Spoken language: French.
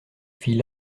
fille